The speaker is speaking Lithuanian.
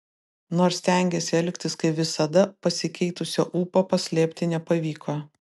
nors stengėsi elgtis kaip visada pasikeitusio ūpo paslėpti nepavyko